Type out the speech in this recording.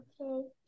okay